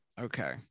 okay